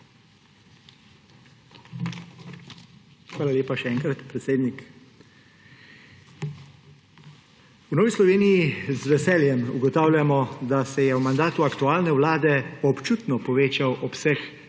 Hvala lepa še enkrat, predsednik. V Novi Sloveniji z veseljem ugotavljamo, da se je v mandatu aktualne vlade občutno povečal obseg